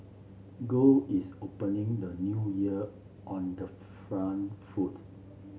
gold is opening the New Year on the front foot